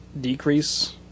decrease